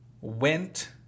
went